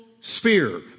sphere